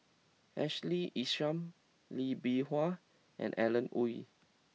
Ashley Isham Lee Bee Wah and Alan Oei